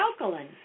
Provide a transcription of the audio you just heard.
alkaline